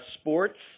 sports